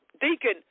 Deacon